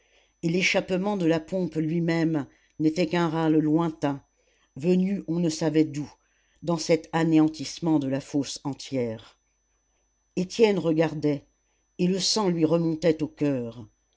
et l'échappement de la pompe lui-même n'était qu'un râle lointain venu on ne savait d'où dans cet anéantissement de la fosse entière étienne regardait et le sang lui remontait au coeur